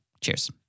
Cheers